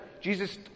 Jesus